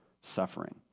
suffering